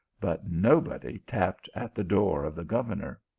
but nobody tapped at the door of the governor.